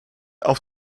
auf